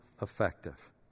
effective